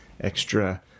extra